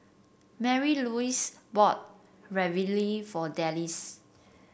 Marylouise bought Ravioli for Dallas